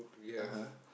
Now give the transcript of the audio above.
uh-huh